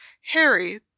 Harry